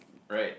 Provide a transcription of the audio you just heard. right